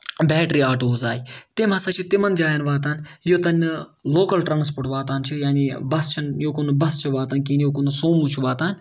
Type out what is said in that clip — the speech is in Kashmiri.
بیٹری آٹوٗ آیہِ تِم ہسا چھِ تِمن جاین واتان یوتن نہٕ لوکَل ٹرانَسپوٹ یعنے بَس چھِ یوکُن نہٕ بَس چھِ واتان کِہینۍ نہٕ سوموٗ چھُ واتان